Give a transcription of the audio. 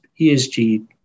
ESG